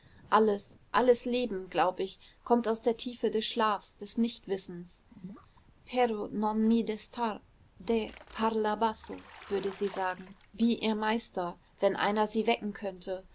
alles alles leben glaub ich kommt aus der tiefe des schlafs des nichtwissens pero non mi destar deh parla basso würde sie sagen wie ihr meister wenn einer sie wecken könnte